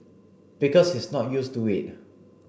because he's not used to it